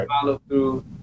follow-through